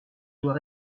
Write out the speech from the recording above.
doit